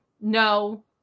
no